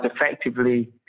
effectively